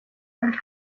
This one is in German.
und